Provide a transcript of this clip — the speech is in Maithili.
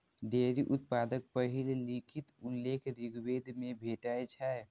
डेयरी उत्पादक पहिल लिखित उल्लेख ऋग्वेद मे भेटै छै